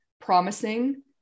promising